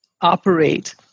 operate